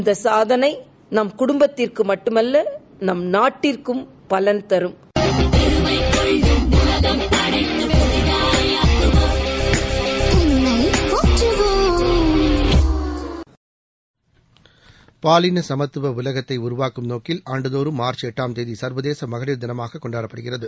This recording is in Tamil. இந்த சாதனை நம் குடும்பத்திற்கு மட்டுமல்ல நம் நாட்டிற்கும் பலன் தரும் பாலின சமத்துவ உலகத்தை உருவாக்கும் நோக்கில் ஆண்டுதோறும் மார்ச் எட்டாம் தேதி சர்வதேச மகளிர் தினமாகக் கொண்டாடப்படுகிறது